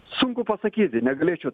sunku pasakyti negalėčiau